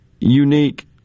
unique